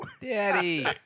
Daddy